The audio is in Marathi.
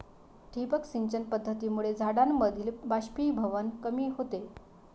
ठिबक सिंचन पद्धतीमुळे झाडांमधील बाष्पीभवन कमी होते